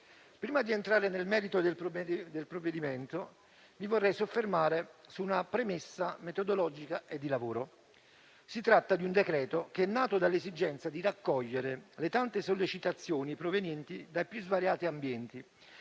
Prima di entrare nel merito del problema del provvedimento, mi vorrei soffermare su una premessa metodologica e di lavoro. Si tratta di un decreto nato dall'esigenza di raccogliere le tante sollecitazioni provenienti dai più svariati ambienti